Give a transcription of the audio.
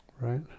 Right